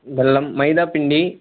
బెల్లం మైదా పిండి